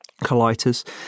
colitis